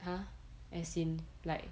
!huh! as in like